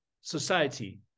society